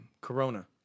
Corona